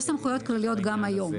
יש סמכויות כלליות גם היום.